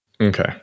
Okay